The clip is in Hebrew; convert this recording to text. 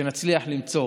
שנצליח למצוא